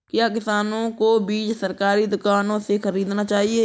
क्या किसानों को बीज सरकारी दुकानों से खरीदना चाहिए?